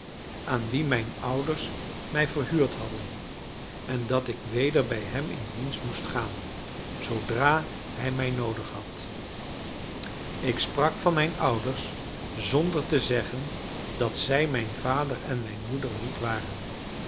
aan wien mijn ouders mij verhuurd hadden en dat ik weder bij hem in dienst moest gaan zoodra hij mij noodig had ik sprak van mijn ouders zonder te zeggen dat zij mijn vader en mijn moeder niet waren